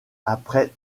après